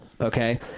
Okay